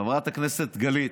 וחברת הכנסת גלית,